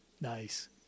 Nice